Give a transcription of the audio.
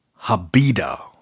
Habida